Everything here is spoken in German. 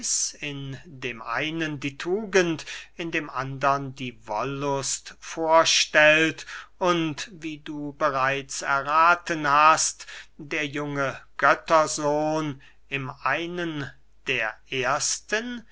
in dem einen die tugend in dem andern die wollust vorstellt und wie du bereits errathen hast der junge göttersohn im einen der erstern